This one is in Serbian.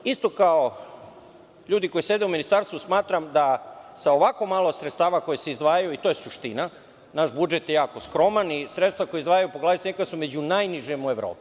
Isto kao ljudi koji sede u ministarstvu, smatram da sa ovako malo sredstava koja se izdvajaju, i to je suština, naš budžet je jako skroman i sredstva koja izdvajaju po glavi stanovnika su među najnižim u Evropi.